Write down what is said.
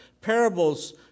parables